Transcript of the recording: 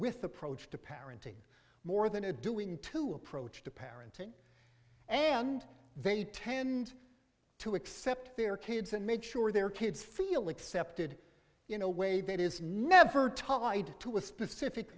with approach to parenting more than a doing to approach to parenting and they tend to accept their kids and make sure their kids feel accepted in a way that is never talk to a specific